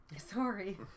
Sorry